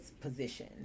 position